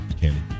Candy